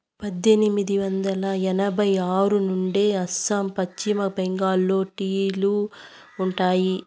పద్దెనిమిది వందల ఎనభై ఆరు నుంచే అస్సాం, పశ్చిమ బెంగాల్లో టీ లు ఉండాయి